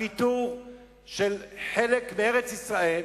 על ויתור על חלק מארץ-ישראל,